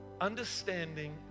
understanding